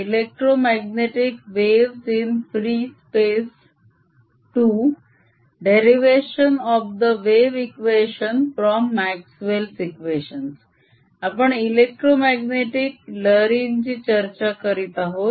electromagnetic waves in free space - II derivation of the wave equation from Maxwell's equations आपण electromagnetic लहरींची चर्चा करीत आहोत